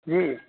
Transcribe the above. جی